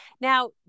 Now